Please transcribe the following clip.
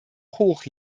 hoch